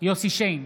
יוסף שיין,